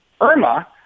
Irma